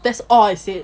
that's all I said